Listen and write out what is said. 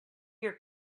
your